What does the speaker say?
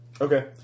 Okay